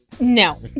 No